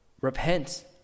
Repent